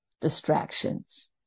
distractions